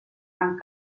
amb